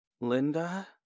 Linda